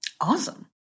awesome